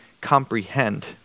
comprehend